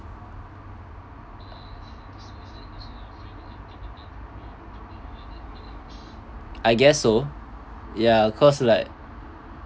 I guess so ya cause like